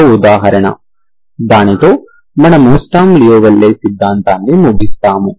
మరో ఉదాహరణ దానితో మనము స్టర్మ్ లియోవిల్లే సిద్ధాంతాన్ని మూగిస్తాము